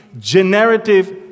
generative